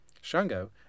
Shango